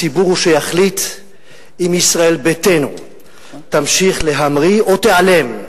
הציבור הוא שיחליט אם ישראל ביתנו תמשיך להמריא או תיעלם,